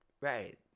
Right